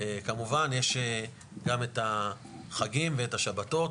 כמובן יש גם את החגים ואת השבתות.